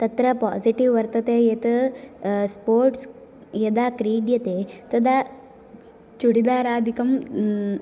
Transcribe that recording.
तत्र पोसिटिव् वर्तते यत् स्पोर्ट्स् यदा क्रीड्यते तदा चूडीदाराधिकं